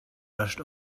rushed